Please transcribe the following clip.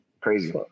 crazy